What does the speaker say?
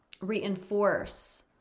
reinforce